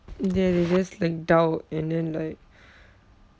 they they just like doubt and then like